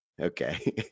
Okay